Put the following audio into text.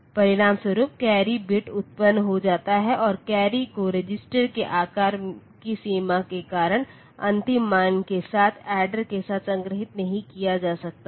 परिणामस्वरूप carry bit उत्पन्न हो जाता है और कैरी को रजिस्टर के आकार की सीमा के कारण अंतिम मान के साथ ऐडर के साथ संग्रहीत नहीं किया जा सकता है